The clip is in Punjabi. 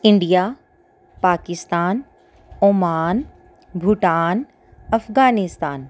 India Pakistan Oman Bhutan Afghanistan